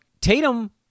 Tatum